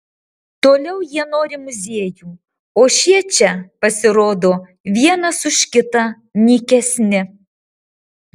toliau jie nori muziejų o šie čia pasirodo vienas už kitą nykesni